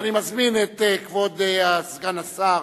אני מזמין את כבוד סגן השר,